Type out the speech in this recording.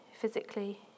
physically